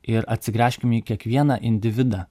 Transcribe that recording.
ir atsigręžkim į kiekvieną individą